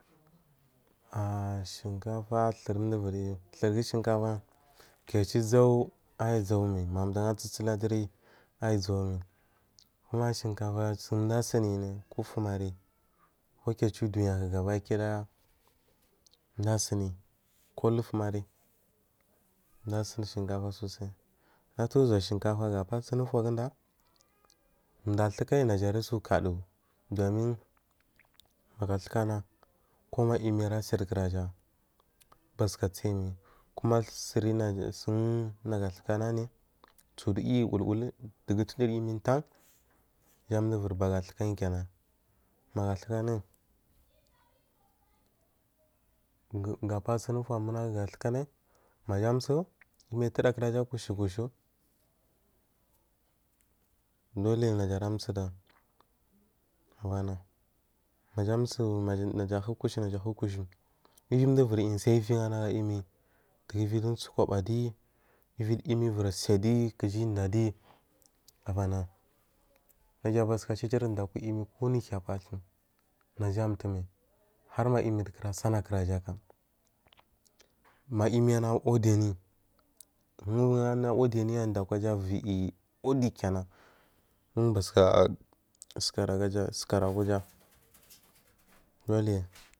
A a shinkafa tor duwoviyiyu tor gu shinkafa kiya aca zawo ayi zawo mai matuma din su sula duri ayi zan mai kuma shinkafa chin du asunyine kofumari kokoya acu daya ko gabakidaya kirlu afuma ri satur zoa shinkafa ga basuna fuguda du atukayi suwo kudu domin maga atukana koma yumi asi akaraga busuka sai mai kuba siri sun naga atukagahe tor i i ul ul elugu duduri imi tan jandu uviri baga tukayi kenan magatu nayi ga pasuna fa muna jug a tuka nai maja uj imi dudu akara kush kush dule naja ara tosu dam abana ma a so na a hu kush nah u kush viyi du iviri yu sai yhiyi ga imi kuji uviyi du usoguba adi uvir iu uvir si adi guja uda adi abona naju butukucur da aku tmi u imi ku nur higa batu naja atu mai har ma imiri kora sanaku raj a kan ma imi ana wodi anayi un ana wodi wunuyi ina a akujaviya yi wodi kenanan un batu ya sukari aga ja sukan aku ja duleyi.